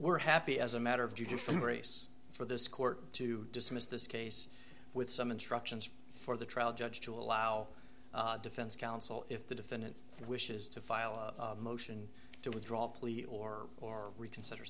were happy as a matter of judicial race for this court to dismiss this case with some instructions for the trial judge to allow defense counsel if the defendant and wishes to file a motion to withdraw plea or or reconsider